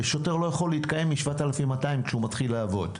שוטר לא יכול להתקיים מ-7,200 כשהוא מתחיל לעבוד.